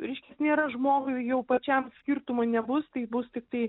reiškias nėra žmogui jau pačiam skirtumo nebus tai bus tiktai